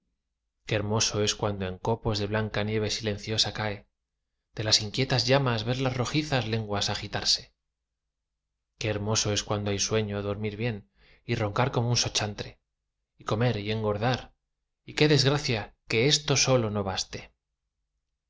qué hermoso es cuando en copos la blanca nieve silenciosa cae de las inquietas llamas ver las rojizas lenguas agitarse qué hermoso es cuando hay sueño dormir bien y roncar como un sochantre y comer y engordar y qué desgracia que esto sólo no baste